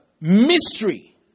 mystery